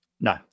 no